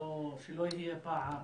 שלא יהיה פער